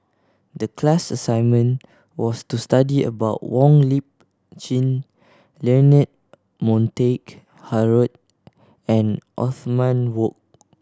the class assignment was to study about Wong Lip Chin Leonard Montague Harrod and Othman Wok